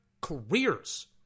careers